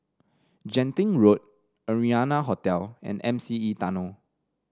Genting Road Arianna Hotel and M C E Tunnel